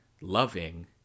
loving